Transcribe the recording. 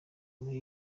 muri